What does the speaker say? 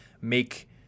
make